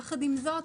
יחד עם זאת,